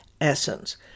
essence